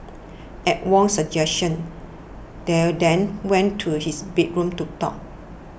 at Wong's suggestion they then went to his bedroom to talk